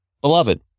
Beloved